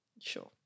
Sure